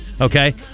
Okay